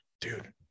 dude